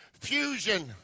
fusion